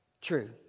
true